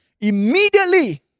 Immediately